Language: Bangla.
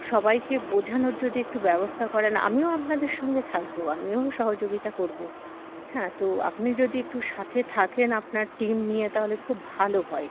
সবাইকে বোঝানোর যদি একটু ব্যবস্থা করেন আমিও আপনাদের সঙ্গে থাকবো আমিও সহযোগিতা করবো হ্যাঁ তো আপনি যদি একটু সাথে থাকেন আপনার টিম নিয়ে তাহলে খুব ভালো হয়